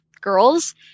girls